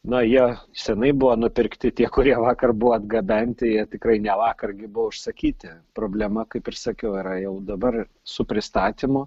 na jie senai buvo nupirkti tie kurie vakar buvo atgabenti jie tikrai ne vakar gi buvo užsakyti problema kaip ir sakiau yra jau dabar su pristatymu